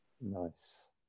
nice